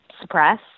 suppress